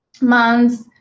months